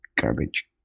garbage